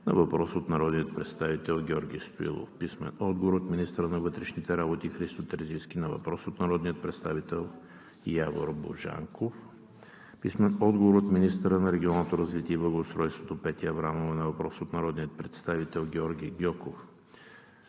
на въпрос от народния представител Георги Стоилов; - министъра на вътрешните работи Христо Терзийски на въпрос от народния представител Явор Божанков; - министъра на регионалното развитие и благоустройството Петя Аврамова на въпрос от народния представител Георги Гьоков;